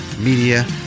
Media